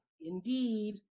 Indeed